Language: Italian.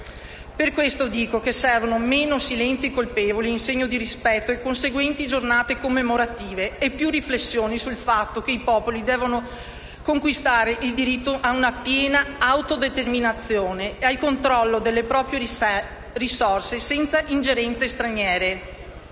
Per questo dico che servono meno silenzi colpevoli in segno di rispetto e conseguenti giornate commemorative e più riflessioni sul fatto che i popoli devono conquistare il diritto ad una piena autodeterminazione e al controllo delle proprie risorse senza ingerenze esterne,